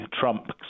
Trump